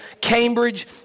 Cambridge